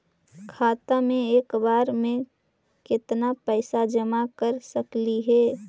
खाता मे एक बार मे केत्ना पैसा जमा कर सकली हे?